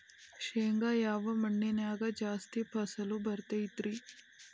ಶೇಂಗಾ ಯಾವ ಮಣ್ಣಿನ್ಯಾಗ ಜಾಸ್ತಿ ಫಸಲು ಬರತೈತ್ರಿ?